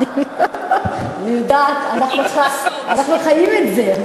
אני יודעת, אנחנו חיים את זה.